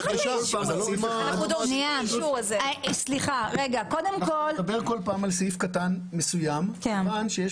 אנחנו נדבר כל פעם על סעיף קטן מסוים כיוון שיש